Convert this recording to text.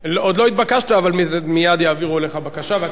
אבל מייד יעבירו לך בקשה ואתה תשיב בשם הממשלה.